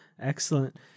Excellent